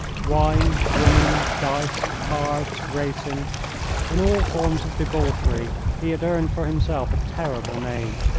wine, women, dice, cards, racing in all forms of debauchery he had earned for himself a terrible name.